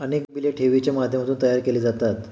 अनेक बिले ठेवींच्या माध्यमातून तयार केली जातात